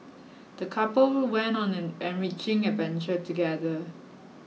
the couple went on an enriching adventure together